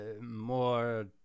more